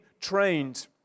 trained